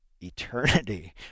eternity